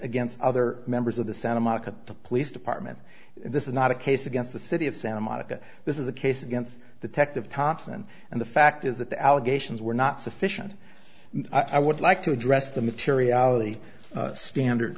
against other members of the santa monica police department this is not a case against the city of santa monica this is a case against the text of thompson and the fact is that the allegations were not sufficient and i would like to address the materiality standard